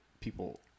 people